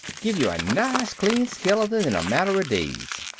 give you a nice clean skeleton in a matter of days.